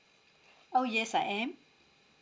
oh yes I am